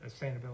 Sustainability